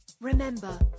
Remember